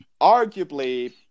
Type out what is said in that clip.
arguably